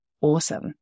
awesome